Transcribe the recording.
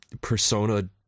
Persona